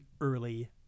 Early